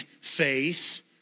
faith